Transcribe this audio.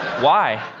why?